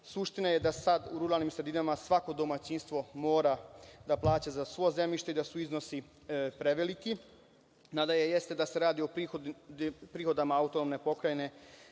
Suština je da sada u ruralnim sredinama svako domaćinstvo mora da plaća za svo zemljište i da su iznosi preveliki, mada jeste da se radi o prihodima Autonomne pokrajine,